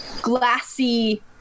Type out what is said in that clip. glassy